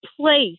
place